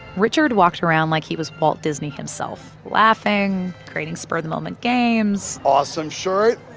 richard walked around like he was walt disney himself laughing, creating spur-of-the-moment games. awesome shirt.